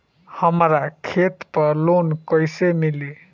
हमरा खेत पर लोन कैसे मिली?